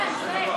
רד.